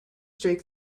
streak